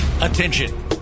attention